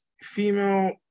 female